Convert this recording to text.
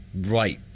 right